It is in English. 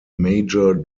major